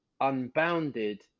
unbounded